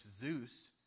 Zeus